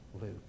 Luke